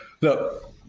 Look